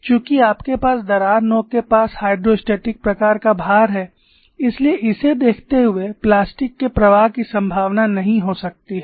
चूँकि आपके पास दरार नोक के पास हाइड्रोस्टैटिक प्रकार का भार है इसलिए इसे देखते हुए प्लास्टिक के प्रवाह की संभावना नहीं हो सकती है